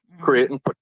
creating